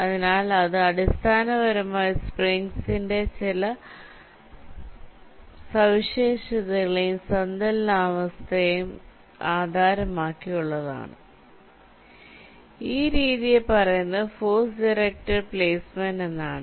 അതിനാൽ അത് അടിസ്ഥാനപരമായി സ്പ്രിങ്സിന്റെ ചില സവിശേഷതകളെയും സന്തുലനാവസ്ഥയെയും ആധാരമാക്കി ഉള്ളതാണ് ഈ രീതിയെ പറയുന്നത് ഫോഴ്സ് ഡിറക്ടഡ് പ്ലേസ്മെന്റ് എന്നാണ്